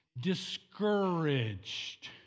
discouraged